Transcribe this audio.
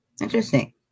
Interesting